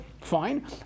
Fine